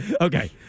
Okay